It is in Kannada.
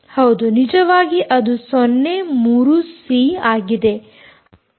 ಹೌದು ನಿಜವಾಗಿ ಅದು 0 3 0 ಸಿ ಆಗಿದೆ